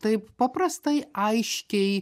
taip paprastai aiškiai